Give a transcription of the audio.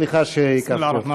סליחה שעיכבתי אותך.